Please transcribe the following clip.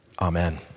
Amen